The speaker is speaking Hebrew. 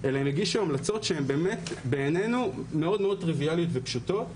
אלא הגישו המלצות שבעינינו הן מאוד טריוויאליות ופשוטות.